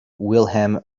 wilhelm